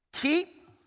Keep